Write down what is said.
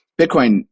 Bitcoin